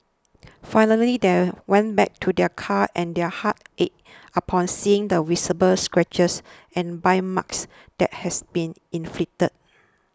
finally they went back to their car and their hearts ached upon seeing the visible scratches and bite marks that has been inflicted